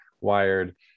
wired